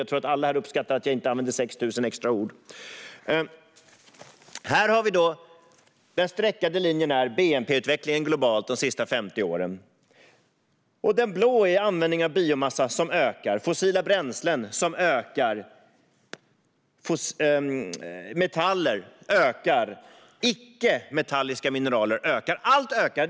Jag tror att alla här uppskattar att jag inte använder 6 000 extra ord. Den streckade linjen är bnp-utvecklingen globalt de senaste 50 åren. Den blå är användningen av biomassa, som ökar. Fossila bränslen ökar. Metaller ökar. Icke-metalliska mineraler ökar. Allt ökar.